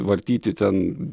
vartyti ten